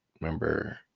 Remember